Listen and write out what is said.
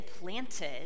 planted